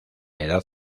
edad